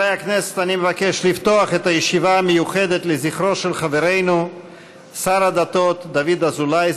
אני מבקש לפתוח את הישיבה המיוחדת לזכרו של חברנו שר הדתות דוד אזולאי,